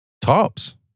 Tops